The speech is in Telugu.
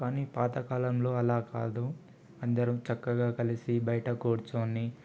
కాని పాతకాలంలో అలాకాదు అందరం చక్కగా కలిసి బయట కూర్చుని